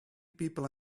people